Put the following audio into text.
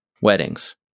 Weddings